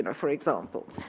and for example.